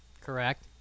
Correct